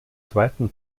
zweiten